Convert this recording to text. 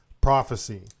prophecy